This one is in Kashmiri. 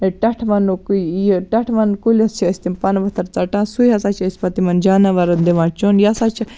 ٹیٹھونُک یہِ ٹیٹھوَن کُلِس چھِ أسۍ تِم پَنہٕ ؤتھٕر ژَٹان سُے ہسا چھِ أسۍ پتہٕ یِمن جاناوارن دِوان چیٚون یہِ ہسا چھ